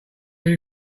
you